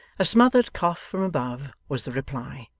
a smothered cough from above, was the reply.